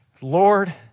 Lord